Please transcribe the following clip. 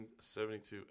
1972